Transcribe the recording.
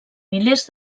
milers